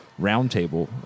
roundtable